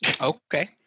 Okay